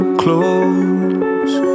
close